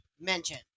mention